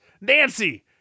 Nancy